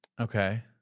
Okay